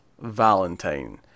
Valentine